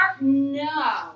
no